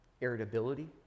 irritability